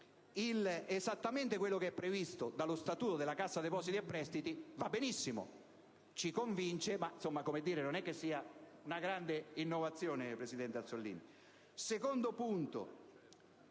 esattamente quanto è previsto dallo statuto della Cassa depositi e prestiti va molto bene, ci convince ma non è una grande innovazione, presidente Azzollini.